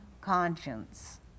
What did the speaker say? conscience